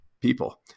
people